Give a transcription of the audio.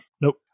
Nope